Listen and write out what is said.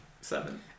Seven